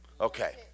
Okay